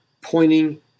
pointing